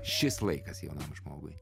šis laikas jaunam žmogui